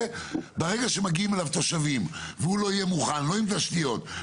ברגע שמגיעים אליו תושבים והוא לא יהיה מוכן לא עם תשתיות,